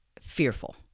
fearful